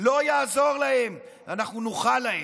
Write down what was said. לא יעזור להם, אנחנו נוכל להם.